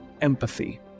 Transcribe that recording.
empathy